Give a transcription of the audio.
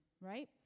right